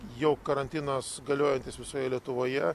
jau karantinas galiojantis visoje lietuvoje